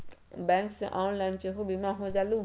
Bank से online केहु बिमा हो जाईलु?